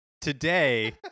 today